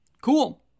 Cool